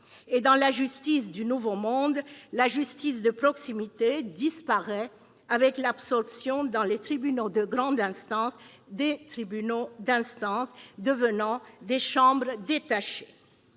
Dans la justice du « nouveau monde », la justice de proximité disparaît avec l'absorption par les tribunaux de grande instance des tribunaux d'instance, devenant des « chambres détachées